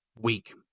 Weak